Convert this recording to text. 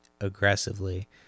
Aggressively